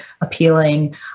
appealing